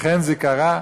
לכן זה קרה?